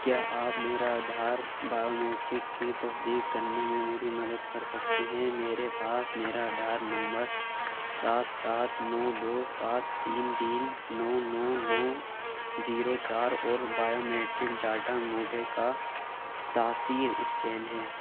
کیا آپ میرا آدھار بائیومیٹرک کی تصدیق کرنے میں میری مدد کر سکتے ہیں میرے پاس میرا آدھار نمبر سات سات نو دو سات تین تین نو نو نو زیرو چار اور بائیو میٹرک ڈیٹا انگوٹھے کا تاثیر اسکین ہے